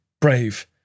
brave